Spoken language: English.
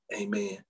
Amen